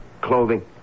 clothing